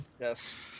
Yes